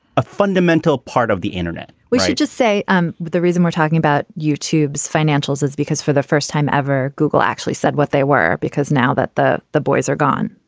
a fundamental part of the internet we should just say um but the reason we're talking about youtube's financials is because for the first time ever, google actually said what they were. because now that the the boys are gone.